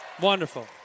Wonderful